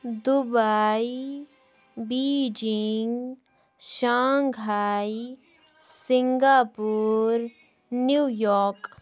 Dubai Beijing Shanghai Singapore New York